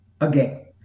Again